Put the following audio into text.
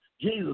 Jesus